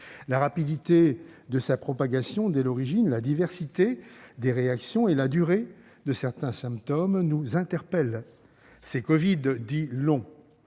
La rapidité de sa propagation, dès l'origine, la diversité des réactions et la durée de certains symptômes nous interpellent. Ces covid dits « longs